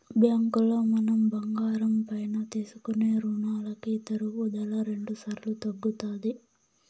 బ్యాంకులో మనం బంగారం పైన తీసుకునే రునాలకి తరుగుదల రెండుసార్లు తగ్గుతాది